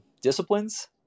disciplines